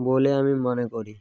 বলে আমি মনে করি